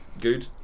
Good